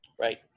Right